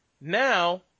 now